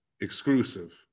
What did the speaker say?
exclusive